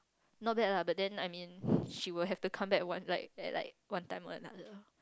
not bad lah but then I mean she will have to come back one like like one time another